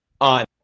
on